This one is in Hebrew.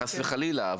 חס וחלילה,